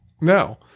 now